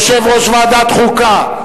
יושב-ראש ועדת החוקה,